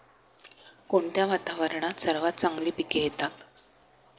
कोणत्या वातावरणात सर्वात चांगली पिके येतात?